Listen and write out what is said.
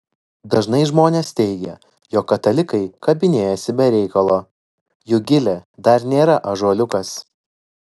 dažnai žmonės teigia jog katalikai kabinėjasi be reikalo juk gilė dar nėra ąžuoliukas